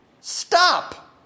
stop